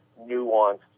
nuanced